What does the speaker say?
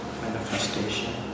manifestation